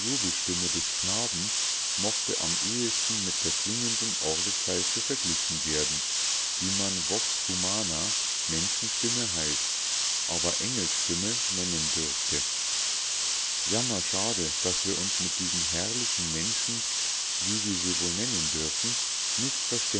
des knaben mochte am ehesten mit der klingenden orgelpfeife verglichen werden die man voxhumana menschenstimme heißt aber engelsstimme nennen dürfte jammerschade daß wir uns mit diesen herrlichen menschen wie wir sie wohl nennen dürfen nicht